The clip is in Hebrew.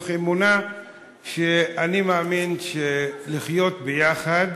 מתוך אמונה שכדי לחיות ביחד